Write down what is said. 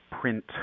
print